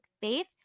faith